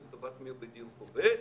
לטובת מי הוא בדיוק עובד.